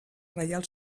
reial